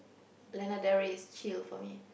Lana-Del-Ray is chill for me